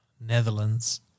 Netherlands